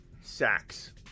Sacks